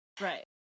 Right